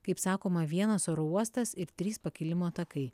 kaip sakoma vienas oro uostas ir trys pakilimo takai